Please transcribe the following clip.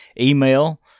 email